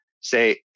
say